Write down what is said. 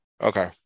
Okay